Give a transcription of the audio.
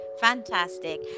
fantastic